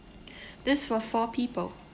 this for four people